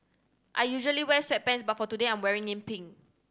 I usually wear sweatpants but for today I'm wearing in pink